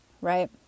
Right